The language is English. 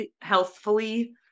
healthfully